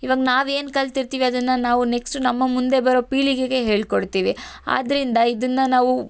ಇವಾಗ ನಾವು ಏನು ಕಲ್ತಿರ್ತೀವಿ ಅದನ್ನು ನಾವು ನೆಕ್ಸ್ಟು ನಮ್ಮ ಮುಂದೆ ಬರೋ ಪೀಳಿಗೆಗೆ ಹೇಳ್ಕೊಡ್ತೀವಿ ಆದ್ದರಿಂದ ಇದನ್ನು ನಾವು